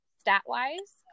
stat-wise